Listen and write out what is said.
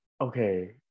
Okay